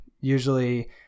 Usually